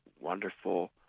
wonderful